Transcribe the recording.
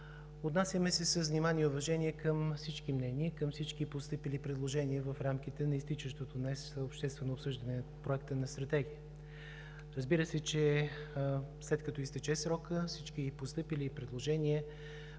отнасяме се с внимание и уважение към всички мнения и към всички постъпили предложения в рамките на изтичащото днес обществено обсъждане на Проекта на стратегия. Разбира се, че след като изтече срокът, всички постъпили предложения,